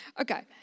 Okay